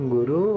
Guru